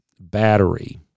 battery